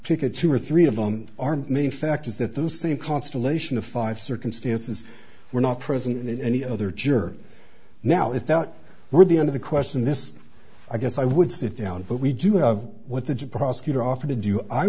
pick a two or three of them are main factors that those same constellation of five circumstances were not present in any other juror now if that were the end of the question this i guess i would sit down but we do have what the judge prosecutor offered to do i